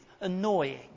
annoying